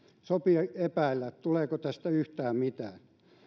sopii epäillä tuleeko tästä yhtään mitään ihmettelen myös